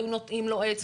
היו נוטעים לו עץ.